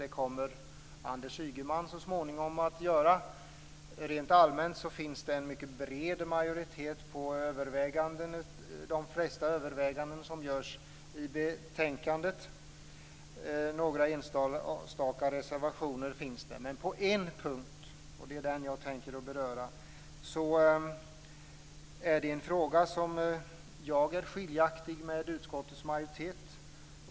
Det kommer Anders Ygeman så småningom att göra. Rent allmänt finns en mycket bred majoritet kring de flesta överväganden som görs i betänkandet. Det finns några enstaka reservationer. På en punkt, och det är den jag tänker beröra, är jag, och flera med mig, skiljaktig med utskottets majoritet.